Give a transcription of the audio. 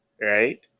right